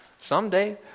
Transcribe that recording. Someday